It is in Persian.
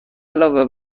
علاوه